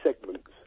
segments